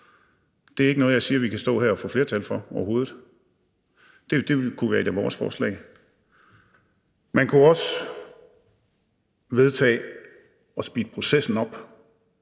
Det er ikke noget, jeg siger at vi kan stå her og få flertal for overhovedet, men det kunne være et af vores forslag. Man kunne også vedtage at speede processen op